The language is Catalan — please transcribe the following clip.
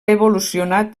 evolucionat